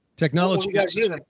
Technology